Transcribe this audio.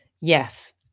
Yes